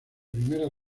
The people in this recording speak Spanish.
primera